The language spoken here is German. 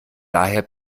daher